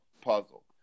puzzle